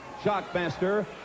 Shockmaster